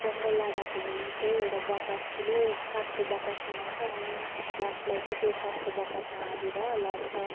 जङ्गल लाँदाखेरि चाहिँ एउटा बाकस ठुलो काठको बाकस बनाउँछ अनि लासलाई चाहिँ त्यो काठको बाकसमा हालेर लान्छ